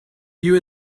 you